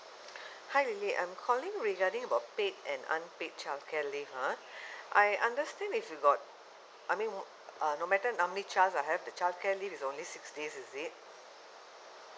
hi lily I'm calling regarding about paid and unpaid childcare leave ah I understand if you got I mean would uh no matter how many child I have the childcare leave is only six days is it